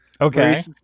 Okay